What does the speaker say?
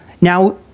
Now